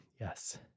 Yes